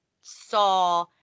saw